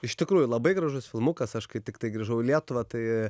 iš tikrųjų labai gražus filmukas aš kai tiktai grįžau į lietuvą tai